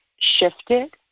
shifted